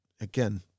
again